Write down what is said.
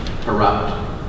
corrupt